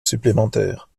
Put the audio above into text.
supplémentaire